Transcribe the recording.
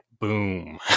boom